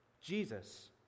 Jesus